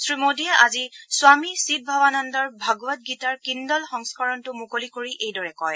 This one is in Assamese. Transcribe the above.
শ্ৰীমোদীয়ে আজি স্বামী চিদভৱানন্দৰ ভগৱদগীতাৰ কিন্দল সংস্থৰণটো মুকলি কৰি এইদৰে কয়